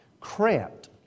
cramped